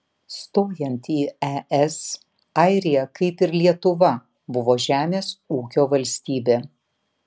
stojant į es airija kaip ir lietuva buvo žemės ūkio valstybė